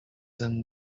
than